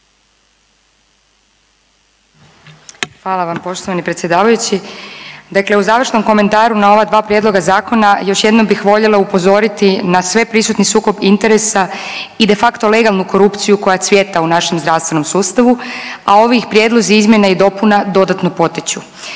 Hvala vam poštovani predsjedavajući. Dakle, u završnom komentaru na ova dva prijedloga zakona još jednom bih voljela upozoriti na sveprisutni sukob interesa i de facto legalnu korupciju koja cvjeta u našem zdravstvenom sustavu, a ovi prijedlozi izmjena i dopuna dodatno potiču.